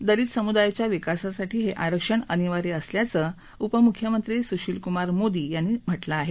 दलित समुदायाच्या विकासासाठी हे आरक्षण अनिवार्य असल्याचं उपमुख्यमंत्री सुशीलकुमार मोदी यांनी म्हटलं आहे